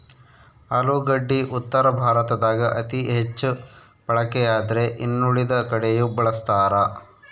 ಆಲೂಗಡ್ಡಿ ಉತ್ತರ ಭಾರತದಾಗ ಅತಿ ಹೆಚ್ಚು ಬಳಕೆಯಾದ್ರೆ ಇನ್ನುಳಿದ ಕಡೆಯೂ ಬಳಸ್ತಾರ